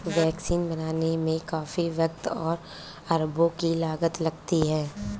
vaccine बनाने में काफी वक़्त और अरबों की लागत लगती है